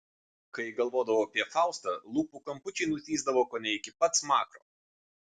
kai galvodavau apie faustą lūpų kampučiai nutįsdavo kone iki pat smakro